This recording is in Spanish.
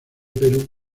perú